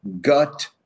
gut